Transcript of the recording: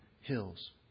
hills